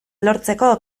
lortzeko